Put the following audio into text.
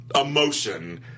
emotion